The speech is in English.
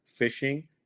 phishing